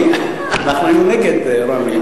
טוב, אנחנו היינו נגד, רוני.